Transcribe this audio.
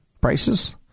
prices